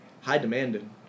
high-demanded